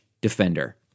Defender